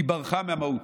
היא ברחה מהמהות.